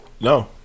No